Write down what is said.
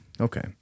Okay